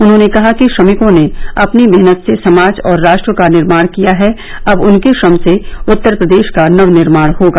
उन्होंने कहा कि श्रमिकों ने अपनी मेहनत से समाज और राष्ट्र का निर्माण किया है अब उनके श्रम से उत्तर प्रदेश का नव निर्माण होगा